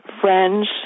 friends